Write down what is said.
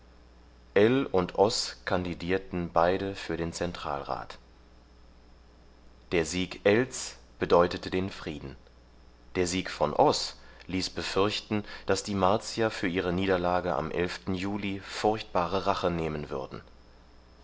und oß kandidierten beide für den zentralrat der sieg ells bedeutete den frieden der sieg von oß ließ befürchten daß die martier für ihre niederlage am juli furchtbare rache nehmen würden